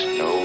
no